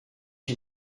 him